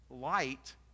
light